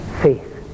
faith